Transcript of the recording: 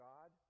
God